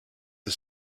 the